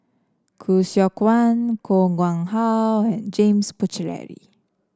Khoo Seok Wan Koh Nguang How and James Puthucheary